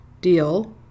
deal